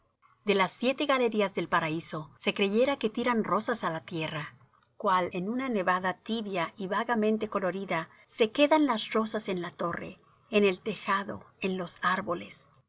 de las siete galerías del paraíso se creyera que tiran rosas á la tierra cual en una nevada tibia y vagamente colorida se quedan las rosas en la torre en el tejado en jos árboles